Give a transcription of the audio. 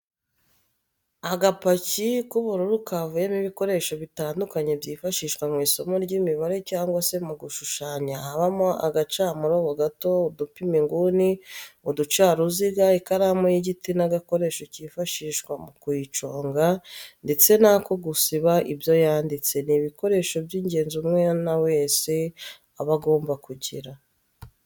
Agapaki k'ubururu kavuyemo ibikoresho bitandukanye byifashishwa mw'isomo ry'imibare cyangwa se mu gushushanya habamo agacamurobo gato, udupima inguni, uducaruziga ,ikaramu y'igiti n'agakoresho kifashishwa mu kuyiconga ndetse n'ako gusiba ibyo yanditse, ni ibikoresho by'ingenzi umwana wese wiga aba agomba kugira.